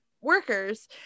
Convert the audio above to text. workers